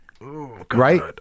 right